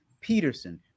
Peterson